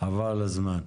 חבל על הזמן.